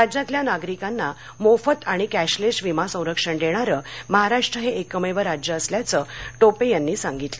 राज्यातल्या नागरिकांना मोफत आणि कॅशलेस विमा संरक्षण देणारं महाराष्ट्र हे एकमेव राज्य असल्याचं टोपे यांनी सांगितलं